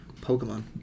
Pokemon